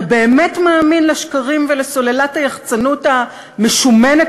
אתה באמת מאמין לשקרים ולסוללת היחצנות המשומנת